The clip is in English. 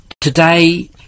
Today